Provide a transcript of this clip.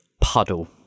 puddle